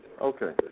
Okay